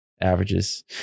averages